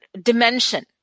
dimension